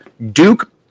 Duke